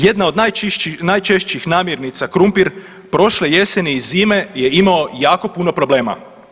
Jedna od najčešćih namirnica krumpir, prošle jeseni i zime je imao jako puno problema.